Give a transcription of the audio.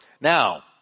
now